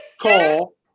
call